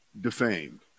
defamed